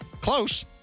Close